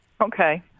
Okay